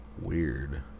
Weird